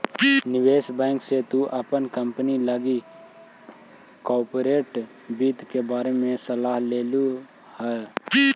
निवेश बैंक से तु अपन कंपनी लागी कॉर्पोरेट वित्त के बारे में सलाह ले लियहू